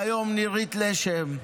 והיום נירית לשם.